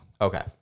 Okay